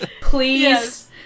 Please